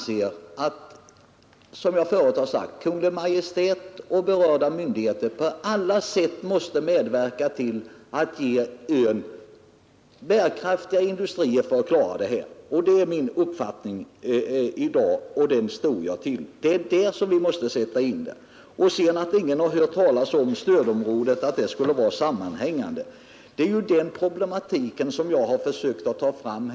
Såsom jag förut sagt anser vi, att Kungl. Maj:t och berörda myndigheter på alla sätt måste medverka till att ge ön bärkraftiga industrier. Det är där vi måste sätta in åtgärder. Denna uppfattning har jag i dag och den står jag för. Sedan fäster jag mig vid att ingen hört talas om att stödområdet skulle vara sammanhängande. Det är denna problematik jag försökt att ta fram.